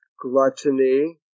gluttony